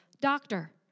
doctor